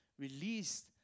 released